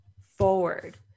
forward